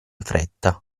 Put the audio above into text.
fretta